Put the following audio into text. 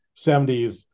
70s